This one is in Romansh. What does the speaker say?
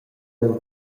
miu